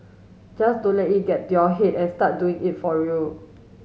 just don't let it get to your head and start doing it for real